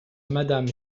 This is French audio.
madame